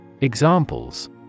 Examples